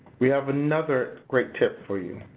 we have another great tip for you.